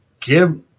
give